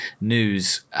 news